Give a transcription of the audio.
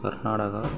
Karnataka